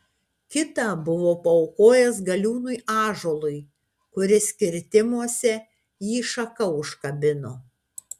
kitą buvo paaukojęs galiūnui ąžuolui kuris kirtimuose jį šaka užkabino